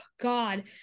God